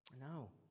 No